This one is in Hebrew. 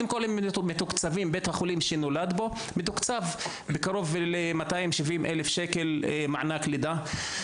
בית החולים שהוא נולד בו מתוקצב בקרוב ל-270,000 שקל מענק לידה.